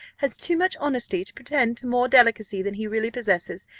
has too much honesty to pretend to more delicacy than he really possesses,